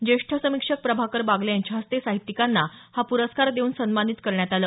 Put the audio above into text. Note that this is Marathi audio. ज्येष्ठ समीक्षक प्रभाकर बागले यांच्या हस्ते साहित्यिकांना हा पुरस्कार देऊन सन्मानित करण्यात आलं